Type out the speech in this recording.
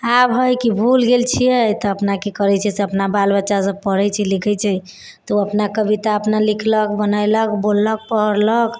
आब हइ कि भूलि गेल छिए तऽ अपनाके कहै छिए से अपना बाल बच्चा सब पढ़ै छै लिखै छै तऽ अपना कविता अपना लिखलक बनेलक बोललक पढ़लक